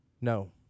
No